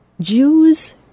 Jews